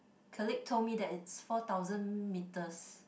colleague told me that it's four thousand meters